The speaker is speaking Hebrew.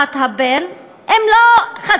הבת, הבן, הם לא חזקים.